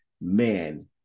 man